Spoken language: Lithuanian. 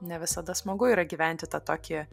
ne visada smagu yra gyventi tą tokį